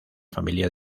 familia